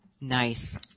nice